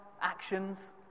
actions